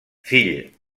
fill